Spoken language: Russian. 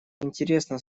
интересно